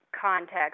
context